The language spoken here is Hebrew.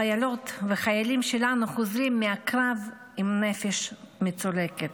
חיילות וחיילים שלנו חוזרים מהקרב עם נפש מצולקת.